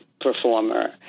performer